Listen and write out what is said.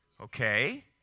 Okay